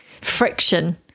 friction